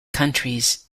countries